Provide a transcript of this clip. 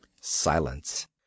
Silence